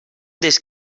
des